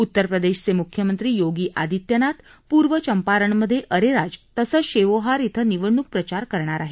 उत्तर प्रदेशचे मुख्यमंत्री योगी आदित्यनाथ पूर्व चंपारणमधे अरेराज तसंच शेवोहार शिं निवडणूक प्रचार करणार आहेत